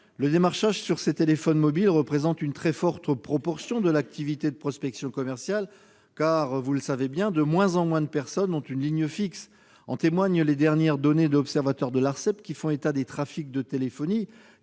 le démarchage sur les téléphones mobiles représente une très forte proportion de l'activité de prospection commerciale, car, vous le savez bien, de moins en moins de personnes ont une ligne fixe. En témoignent les dernières données de l'observatoire de l'Arcep s'agissant du trafic de téléphonie